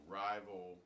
rival